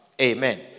Amen